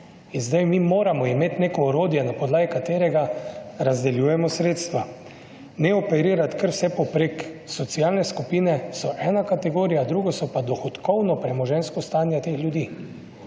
In sedaj mi moramo imeti neko orodje, na podlagi katerega razdeljujemo sredstva. Ne operirati kar vse povprek. Socialne skupine so ena kategorija, drugo so pa dohodkovno premoženjsko stanje teh ljudi.